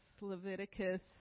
Leviticus